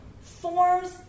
forms